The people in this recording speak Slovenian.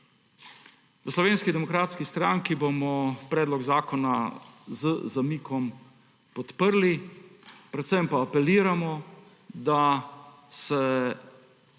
V Slovenski demokratski stranki bomo predlog zakona z zamikom podprli. Predvsem pa apeliramo, da se